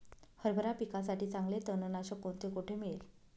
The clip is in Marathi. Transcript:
हरभरा पिकासाठी चांगले तणनाशक कोणते, कोठे मिळेल?